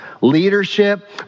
leadership